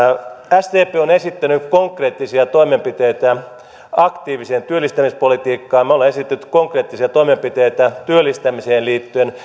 sdp on esittänyt konkreettisia toimenpiteitä aktiivista työllistämispolitiikkaa me olemme esittäneet konkreettisia toimenpiteitä työllistämiseen liittyen